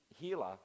healer